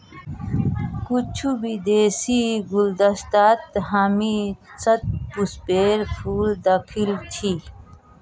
कुछू विदेशीर गुलदस्तात हामी शतपुष्पेर फूल दखिल छि